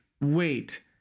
wait